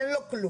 אין לו כלום.